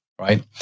right